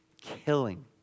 Killing